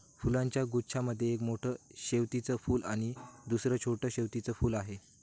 फुलांच्या गुच्छा मध्ये एक मोठं शेवंतीचं फूल आणि दुसर छोटं शेवंतीचं फुल आहे